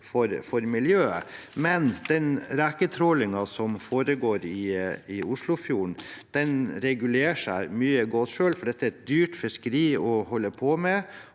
for miljøet. Men den reketrålingen som foregår i Oslofjorden, regulerer seg mye selv, for dette er et dyrt fiskeri å holde på med,